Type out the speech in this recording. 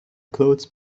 clothes